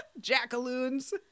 jackaloons